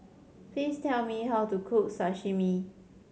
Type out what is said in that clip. please tell me how to cook Sashimi